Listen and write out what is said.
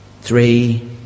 Three